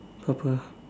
apa pe ah